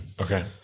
Okay